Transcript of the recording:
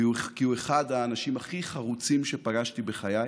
כי הוא אחד האנשים הכי חרוצים שפגשתי בחיי: